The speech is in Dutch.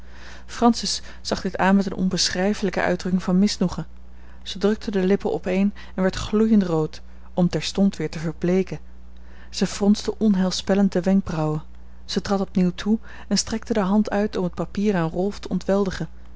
francis zag dit aan met eene onbeschrijfelijke uitdrukking van misnoegen zij drukte de lippen opeen en werd gloeiend rood om terstond weer te verbleeken zij fronste onheilspellend de wenkbrauwen zij trad opnieuw toe en strekte de hand uit om het papier aan rolf te